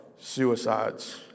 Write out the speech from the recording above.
suicides